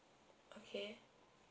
okay